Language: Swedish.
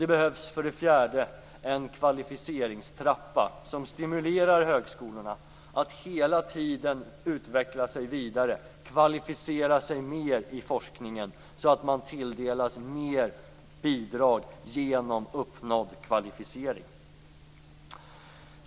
Det behövs för det fjärde en kvalificeringstrappa som stimulerar högskolorna att hela tiden utveckla sig vidare och kvalificera sig mer i forskningen, så att man tilldelas mer bidrag genom uppnådd kvalificering.